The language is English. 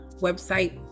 website